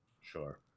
Sure